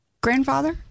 grandfather